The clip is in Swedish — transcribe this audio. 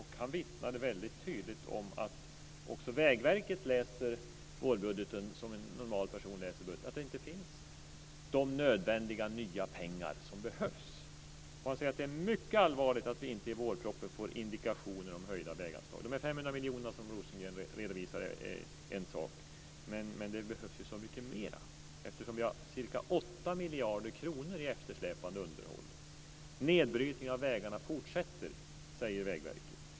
Han vittnade väldigt tydligt om att man också på Vägverket läser vårbudgeten på samma sätt som andra normala personer, nämligen som att de nödvändiga, nya pengar som behövs inte finns där. Han sade att det är mycket allvarligt att vi inte i vårpropositionen får indikationer om några höjda väganslag. De 500 miljoner som Björn Rosengren redovisade är en sak, men det behövs ju så mycket mer. Vi har 8 miljarder kronor i eftersläpande underhåll. Nedbrytningen av vägarna fortsätter.